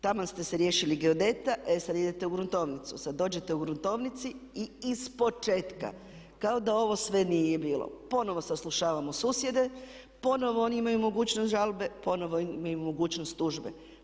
Taman ste se riješili geodeta, e sad idete u gruntovnicu, sad dođete u gruntovnici i ispočetka kao da ovo sve nije bilo, ponovno saslušavamo susjede, ponovo oni imaju mogućnost žalbe, ponovo mi imamo mogućnost tužbe.